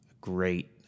great